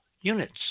units